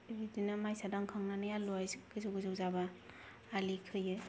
बिदिनो मायसा दांखांनानै आलुआ गोजौ गोजौ जाबा आलि खोयो